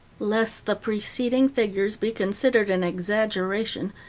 lest the preceding figures be considered an exaggeration,